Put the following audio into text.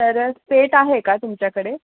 तर सेट आहे का तुमच्याकडे